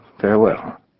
farewell